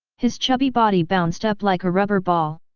his chubby body bounced up like a rubber ball.